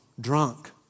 drunk